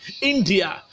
India